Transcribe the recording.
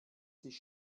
sich